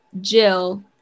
Jill